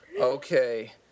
Okay